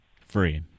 Free